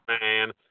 man